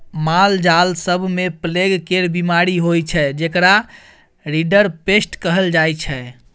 मालजाल सब मे प्लेग केर बीमारी होइ छै जेकरा रिंडरपेस्ट कहल जाइ छै